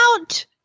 out